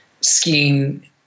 skiing